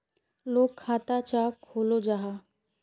लोग खाता चाँ खोलो जाहा?